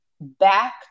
back